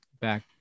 back